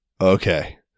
Okay